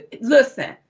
Listen